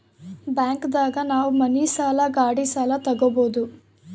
bank ದಾಗ ನಾವ್ ಮನಿ ಸಾಲ ಗಾಡಿ ಸಾಲ ತಗೊಬೋದು